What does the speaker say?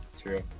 true